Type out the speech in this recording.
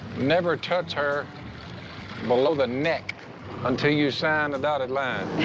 never touch her below the neck until you sign the dotted line.